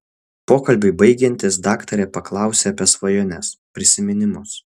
pokalbiui baigiantis daktarė paklausia apie svajones prisiminimus